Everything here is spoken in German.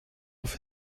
auf